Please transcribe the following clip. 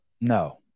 No